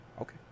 Okay